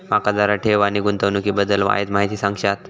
माका जरा ठेव आणि गुंतवणूकी बद्दल वायचं माहिती सांगशात?